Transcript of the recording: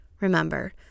Remember